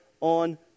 on